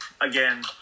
Again